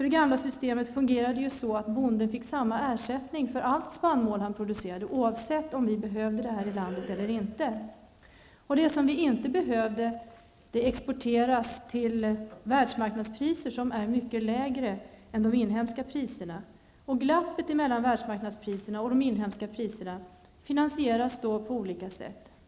Det gamla systemet fungerade ju så att bonden fick samma ersättning för all spannmål som han producerade, oavsett om vi behövde denna här i landet eller inte. Det som vi inte behöver exporteras till världsmarknadspriser som är mycket lägre än de inhemska priserna. Glappet mellan världsmarknadspriserna och de inhemska priserna finansieras på olika sätt.